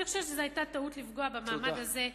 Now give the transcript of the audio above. אני חושבת שזאת היתה טעות לפגוע במעמד הזה.